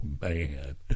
man